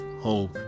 hope